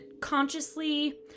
consciously